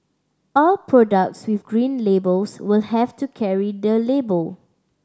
all products with Green Labels will have to carry the label